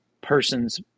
person's